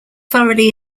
thoroughly